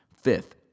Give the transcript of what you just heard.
Fifth